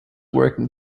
working